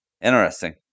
Interesting